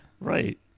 Right